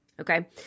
okay